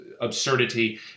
absurdity